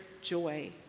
joy